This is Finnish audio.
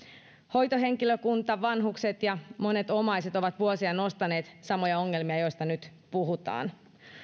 hoitohenkilökunta vanhukset ja monet omaiset ovat vuosia nostaneet samoja ongelmia joista nyt nyt puhutaan